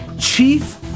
chief